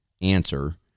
answer